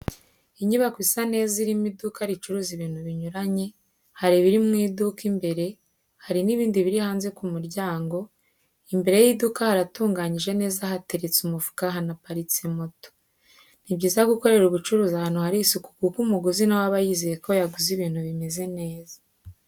inyubako isa neza irimo iduka ricuruza ibintu binyuranye, hari ibiri mu iduka, imbere hari n'ibindi biri hanze ku muryango, imbere y'iduka haratunganyije neza hateretse umufuka hanaparitse moto. Ni byiza gukorera ubucuruzi ahantu hari isuku kuko umuguzi nawe aba yizeye ko yaguze ibintu bimeze neza.